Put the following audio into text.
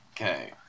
Okay